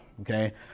okay